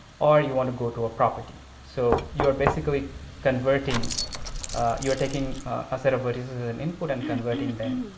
or you want to go to a property. so, you're basically converting you're taking a set of vertexes in an input and converting them